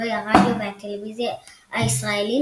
ובשידורי הרדיו והטלוויזיה הישראלים